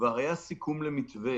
והדבר השני,